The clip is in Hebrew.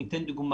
אני אתן דוגמה.